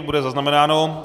Bude zaznamenáno.